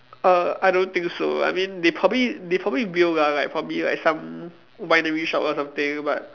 err I don't think so I mean they probably they probably will lah like for me like some winery shop or something but